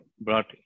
brought